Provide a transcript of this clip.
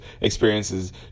Experiences